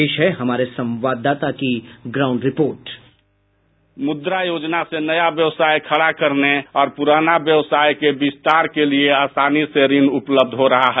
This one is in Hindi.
पेश है हमारे संवाददाता कि ground report bite Mudra Yojana से नया व्यवसाय खड़ा करने और पुराना व्यवसाय के विस्तार के लिए श्रृण आसानी से उपलब्ध हो रहा है